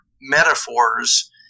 metaphors